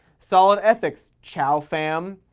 solid ethics, chao fam.